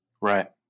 Right